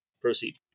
Proceed